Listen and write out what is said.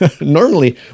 Normally